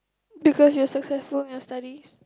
because you're successful in your studies